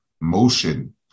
motion